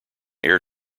air